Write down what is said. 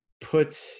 put